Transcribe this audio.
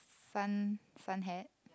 sun sun hat